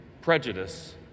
prejudice